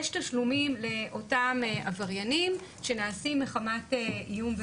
יש תשלומים לאותם עבריינים שנעשים מחמת איום,